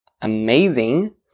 amazing